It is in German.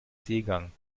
seegang